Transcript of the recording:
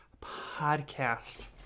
podcast